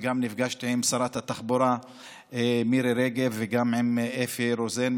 וגם נפגשת עם שרת התחבורה מירי רגב וגם עם אפי רוזן,